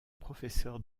professeur